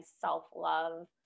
self-love